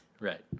Right